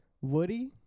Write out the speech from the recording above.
Woody